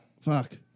fuck